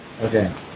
Okay